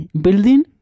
building